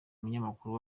umunyamakuru